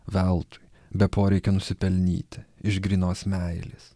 veltui be poreikio nusipelnyti iš grynos meilės